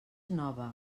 nova